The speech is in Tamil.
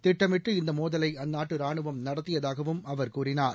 திட்டமிட்டு இந்த மோதலை அந்நாட்டு ரானுவம் நடத்தியதாகவும் அவர் கூறினார்